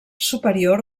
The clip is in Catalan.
superior